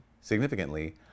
significantly